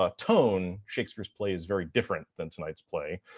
ah tone, shakespeare's play is very different than tonight's play.